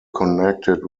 connected